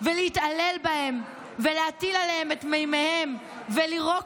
ולהתעלל בהם ולהטיל עליהם את מימיהם ולירוק